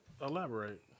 Elaborate